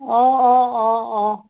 অঁ অঁ অঁ অঁ